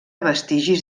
vestigis